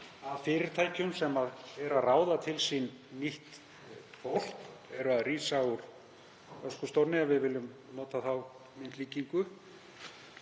að fyrirtækjum sem eru að ráða til sín nýtt fólk — eru að rísa úr öskustónni ef við viljum nota þá myndlíkingu